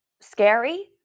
scary